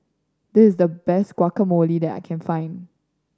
this is the best Guacamole that I can find